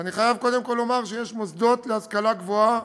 ואני חייב קודם כול לומר שיש מוסדות להשכלה גבוהה